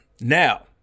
Now